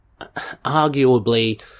arguably